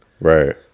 Right